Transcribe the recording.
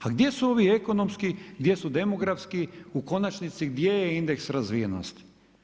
A gdje su ovi ekonomski, gdje su demografski, u konačnici, gdje je indeks razvijenosti?